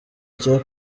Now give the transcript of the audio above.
cya